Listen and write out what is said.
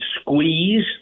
squeeze